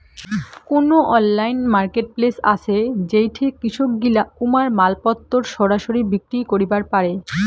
কুনো online marketplace আছে যেইঠে কৃষকগিলা উমার মালপত্তর সরাসরি বিক্রি করিবার পারে?